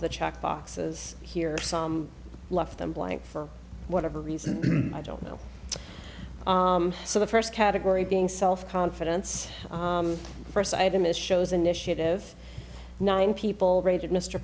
the check boxes here some left them blank for whatever reason i don't know so the first category being self confidence the first item is shows initiative nine people rated mr